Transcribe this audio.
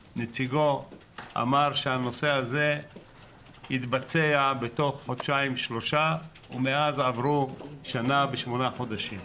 אמר שהנושא הזה יתבצע בתוך חודשיים-שלושה ומאז עברו שנה ושמונה חודשים.